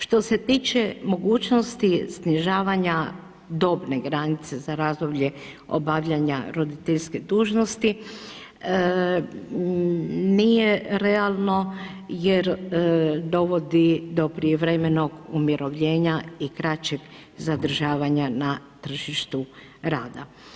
Što se tiče mogućnosti snižavanja dobne granice za razdoblje obavljanja roditeljske dužnosti, nije realno jer dovodi do prijevremenog umirovljenja i kraćeg zadržavanja na tržištu rada.